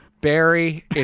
Barry